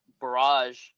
barrage